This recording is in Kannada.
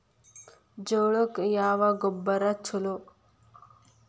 ಜೋಳಕ್ಕ ಯಾವ ಗೊಬ್ಬರ ಛಲೋ?